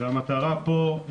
והמטרה פה,